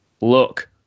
look